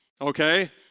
Okay